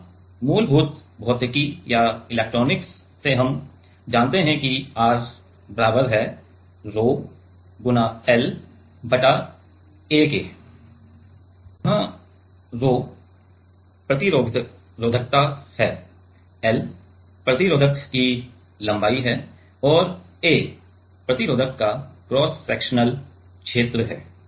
अब मूलभूत भौतिकी या इलेक्ट्रॉनिक्स से हम जानते हैं कि R बराबर है रोह 𝛒 L बटा A है जहां रोह 𝛒 प्रतिरोधकता है L प्रतिरोधक की लंबाई है और A प्रतिरोधक का क्रॉस सेक्शनल क्षेत्र है